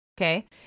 Okay